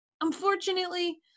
Unfortunately